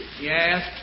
Yes